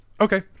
Okay